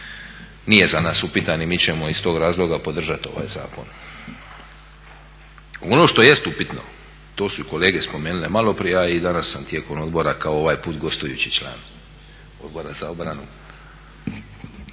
nije za nas upitan i mi ćemo iz toga razloga podržati ovaj zakon. Ono što jest upitno, to su i kolege spomenule malo prije, a i danas sam tijekom odbora kao ovaj put gostujući član Odbora za obranu